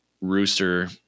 rooster